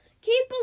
Keep